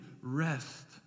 rest